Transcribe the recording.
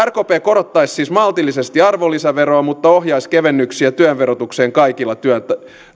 rkp korottaisi siis maltillisesti arvonlisäveroa mutta ohjaisi kevennyksiä työn verotukseen